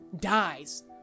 dies